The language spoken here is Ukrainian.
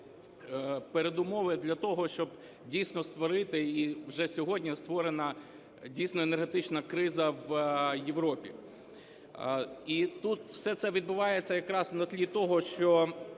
передумови для того, щоб дійсно створити, і вже сьогодні створена дійсно енергетична криза в Європі. І тут все це відбувається якраз на тлі того, що